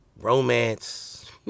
romance